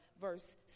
verse